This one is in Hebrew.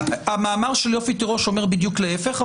המאמר של יופי תירוש אומר בדיוק להפך,